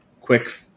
quick